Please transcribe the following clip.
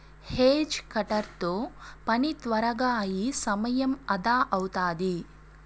hedge cutter తో పని త్వరగా అయి సమయం అదా అవుతాది